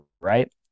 right